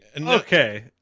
Okay